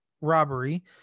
robbery